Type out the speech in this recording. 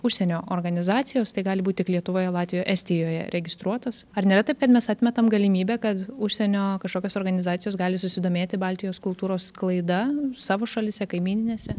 užsienio organizacijos tai gali būt tik lietuvoje latvijo estijoje registruotos ar nėra taip kad mes atmetam galimybę kad užsienio kažkokios organizacijos gali susidomėti baltijos kultūros sklaida savo šalyse kaimyninėse